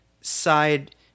Side